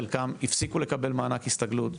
חלקם הפסיקו לקבל מענק הסתגלות.